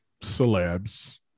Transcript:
celebs